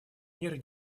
мер